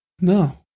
No